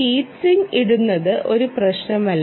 ഒരു heat sink ഇടുന്നത് ഒരു പ്രശ്നമല്ല